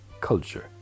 culture